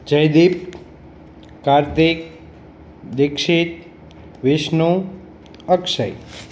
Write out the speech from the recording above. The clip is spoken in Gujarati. જયદીપ કાર્તિક દીક્ષિત વિષ્ણુ અક્ષય